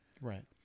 Right